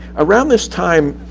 around this time